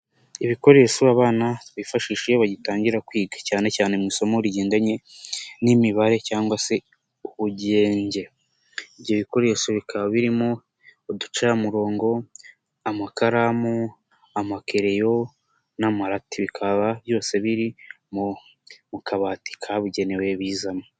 Ibikoresho abana bifashishije iyo bagitangira kwiga, cyane cyane mu isomo rigendanye n'imibare cyangwa se ubugenge. Ibyo bikoresho bikaba birimo, uducamurongo, amakaramu, amakereyo n'amarati. Bikaba byose biri mu mu kabati kabugenewe bizamo.